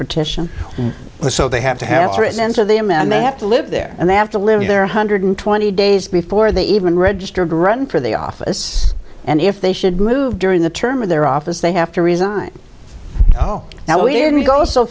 petition so they have to have to respond to them and they have to live there and they have to live there one hundred twenty days before they even register grun for the office and if they should move during the term of their office they have to resign oh now we didn't go so